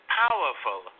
powerful